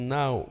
now